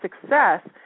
success